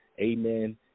amen